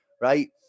right